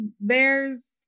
bears